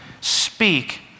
speak